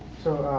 so,